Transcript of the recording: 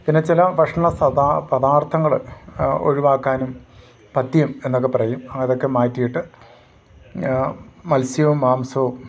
പിന്നെ ചില ഭക്ഷണ പദാർത്ഥങ്ങൾ ഒഴിവാക്കാനും പഥ്യം എന്നൊക്കെ പറയും അതൊക്കെ മാറ്റിയിട്ട് മത്സ്യവും മാംസവും